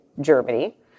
Germany